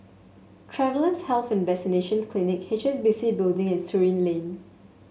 Travellers' Health and Vaccination Clinic H S B C Building and Surin Lane